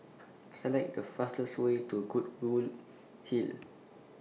Select The fastest Way to Goodwood Hill